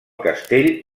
castell